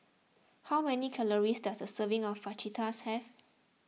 how many calories does a serving of Fajitas have